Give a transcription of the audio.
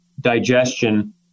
digestion